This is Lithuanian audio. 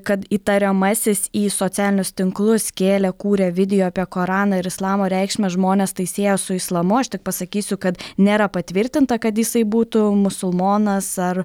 kad įtariamasis į socialinius tinklus kėlė kūrė video apie koraną ir islamo reikšmę žmonės tai siejo su islamu aš tik pasakysiu kad nėra patvirtinta kad jisai būtų musulmonas ar